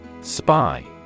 Spy